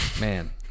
Man